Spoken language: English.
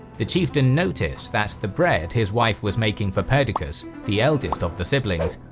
the chieftain noticed that the bread his wife was making for perdiccas, the eldest of the siblings,